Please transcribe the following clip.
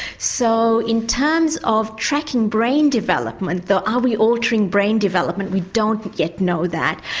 so in terms of tracking brain development, though, are we altering brain development? we don't yet know that,